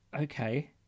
Okay